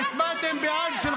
לא סומך עליו.